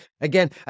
again